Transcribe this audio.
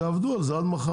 שיעבדו על זה עד מחר.